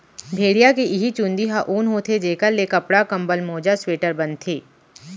भेड़िया के इहीं चूंदी ह ऊन होथे जेखर ले कपड़ा, कंबल, मोजा, स्वेटर बनथे